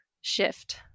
shift